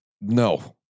no